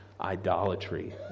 idolatry